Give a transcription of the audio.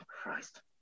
Christ